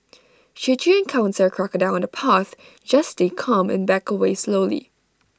should you encounter crocodile on the path just stay calm and back away slowly